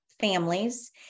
families